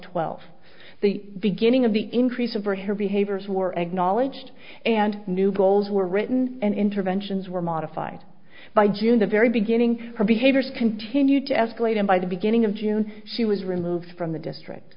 twelve the beginning of the increase of her her behaviors were and knowledged and new goals were written and interventions were modified by june the very beginning her behaviors continued to escalate and by the beginning of june she was removed from the district